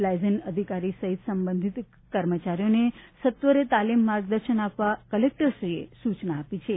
liaison અધિકારી સહિત સંબંધિત કર્મચારીઓને સત્વરે તાલીમ માર્ગદર્શન આપવા કલેકટરશ્રીએ સૂચના આપી છે